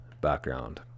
background